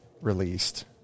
released